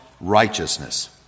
Righteousness